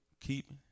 keep